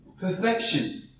perfection